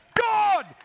God